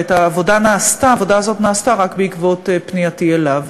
והעבודה הזאת נעשתה רק בעקבות פנייתי אליו.